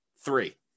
three